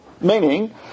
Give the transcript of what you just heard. Meaning